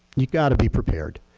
you got to be prepared.